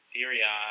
Syria